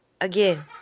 Again